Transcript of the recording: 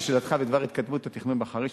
לשאלתך בדבר התקדמות התכנון בחריש,